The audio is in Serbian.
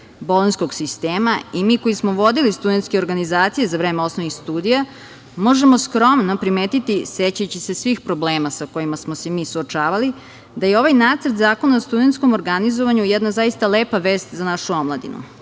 bolonjskog sistema, i mi koji smo vodili studentske organizacije za vreme osnovnih studija možemo skromno primetiti, sećajući se svih problema sa kojima smo se mi suočavali, da ovaj nacrt zakona o studentskom organizovanju jedna zaista lepa vest za našu omladinu. Zakon